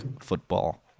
football